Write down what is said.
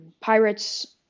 Pirates